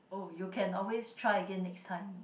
oh you can always try again next time